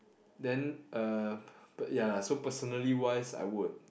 then uh but ya lah so personally wise I would